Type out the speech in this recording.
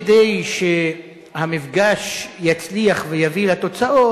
כדי שהמפגש יצליח ויביא לתוצאות,